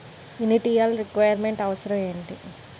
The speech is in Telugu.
ఇనిటియల్ రిక్వైర్ మెంట్ అవసరం ఎంటి?